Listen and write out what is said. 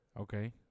Okay